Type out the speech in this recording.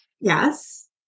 Yes